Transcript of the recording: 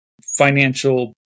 financial